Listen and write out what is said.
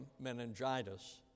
meningitis